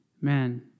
Man